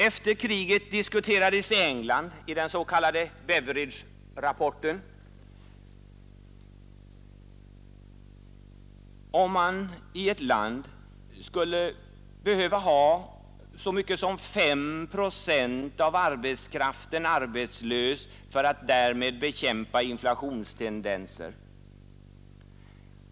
Efter kriget diskuterades i England i den s.k. Beveridgerapporten om man i ett land skulle behöva ha så mycket som 5 procent av arbetskraften arbetslös för att därmed bekämpa inflationstendenser.